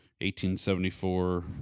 1874